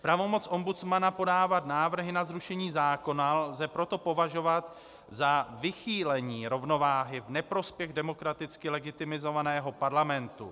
Pravomoc ombudsmana podávat návrhy na zrušení zákona lze proto považovat za vychýlení rovnováhy v neprospěch demokraticky legitimizovaného Parlamentu.